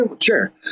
sure